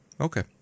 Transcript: Okay